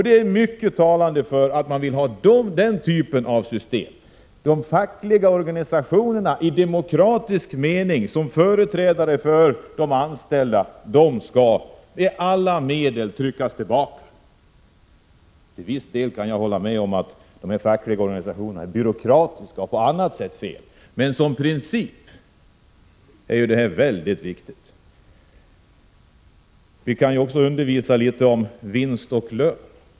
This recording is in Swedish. Det är mycket talande att de borgerliga vill ha denna typ av system. De fackliga organisationerna som demokratiska företrädare för de anställda skall, menar man, med alla medel pressas tillbaka. Till viss del kan jag hålla med om att de fackliga organisationerna är byråkratiska och på annat sätt felaktiga, men som princip är det här mycket viktigt. Vi kan ju också undervisa litet om vinst och lön.